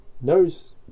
knows